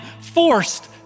forced